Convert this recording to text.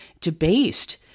debased